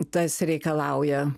tas reikalauja